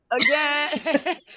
Again